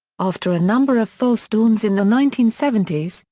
after a number of false dawns in the nineteen seventy s,